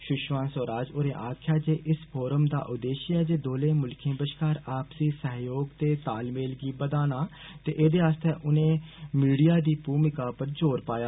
सुशमा स्वराज होरे आक्खेआ जे इस फोरम दा उद्देष्य ऐ दौने मुल्खे बष्कार आपसी सहयोग ते तालमेल गी बदाना ते ऐदे आस्तै उनें मीडिया दी भूमिा उप्पर जोर पाया